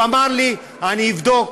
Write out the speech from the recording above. הוא אמר לי: אני אבדוק,